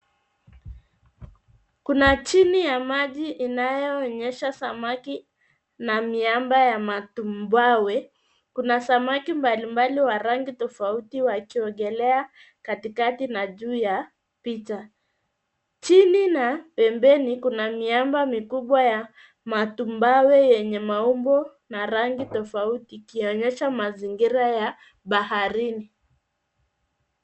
Kuna chini ya maji inayoonyesha samaki na miamba ya matumbawe; kuna samaki mbalimbali wa rangi tofauti wakiogelea katikati na juu ya picha. Chini na pembeni kuna miamba mikubwa ya matumbawe yenye maumbo na rangi tofauti ikionyesha mazingira ya baharini.